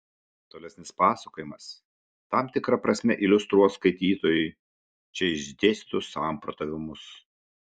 tolesnis pasakojimas tam tikra prasme iliustruos skaitytojui čia išdėstytus samprotavimus